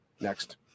Next